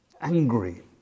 angry